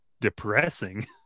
depressing